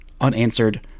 unanswered